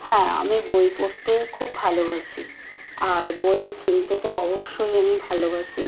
হ্যাঁ আমি বই পড়তে খুব ভালোবাসি আর বই কিনতে তো অবশ্যই আমি ভালোবাসি